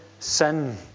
Sin